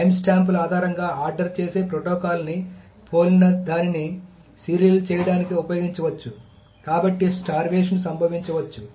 టైమ్స్టాంప్ల ఆధారంగా ఆర్డర్ చేసే ప్రోటోకాల్ని పోలిన దానిని సీరియల్ చేయడానికి ఉపయోగించవచ్చు కాబట్టి స్టార్వేషన్ సంభవించవచ్చు